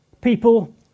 people